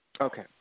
Okay